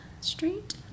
Street